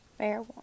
Fair